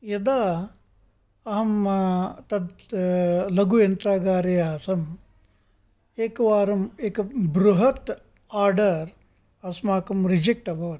यदा अहं तत् लघुयन्त्रागारे आसम् एकवारम् एक बृहत् आर्डर् अस्माकं रिजेक्ट् अभवत्